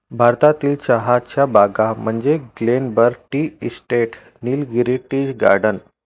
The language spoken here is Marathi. भारतातील चहाच्या बागा म्हणजे Glenburn tea estate, Nilgiri tea garden